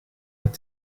het